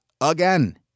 again